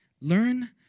Learn